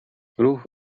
ruch